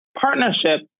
partnership